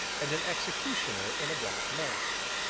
and an executioner in a black mask.